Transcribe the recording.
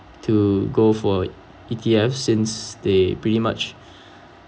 to go for E_T_F since they pretty much